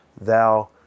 thou